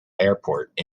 airport